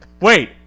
Wait